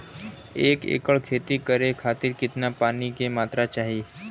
एक एकड़ खेती करे खातिर कितना पानी के मात्रा चाही?